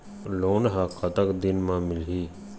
Loan ह कतक दिन मा मिलही?